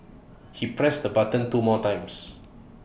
he pressed the button two more times